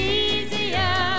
easier